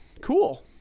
Cool